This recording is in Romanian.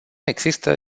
există